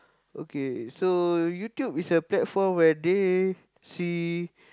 okay so YouTube is a platform where they see